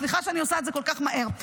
סליחה שאני עושה את זה כל כך מהר.